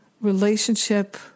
relationship